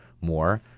more